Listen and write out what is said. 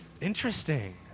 Interesting